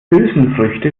hülsenfrüchte